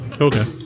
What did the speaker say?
Okay